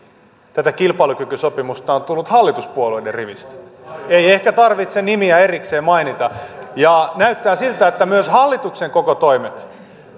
tätä kilpailukykysopimusta kohtaan on tullut hallituspuolueiden rivistä ei ehkä tarvitse nimiä erikseen mainita näyttää siltä että myös hallituksen koko toimet